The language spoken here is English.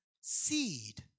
seed